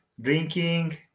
drinking